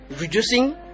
reducing